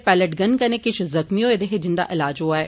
palette gun कन्नै किश ज़ख्मीं होए हे जिंदा इलाज होआ ऐ